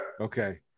Okay